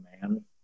man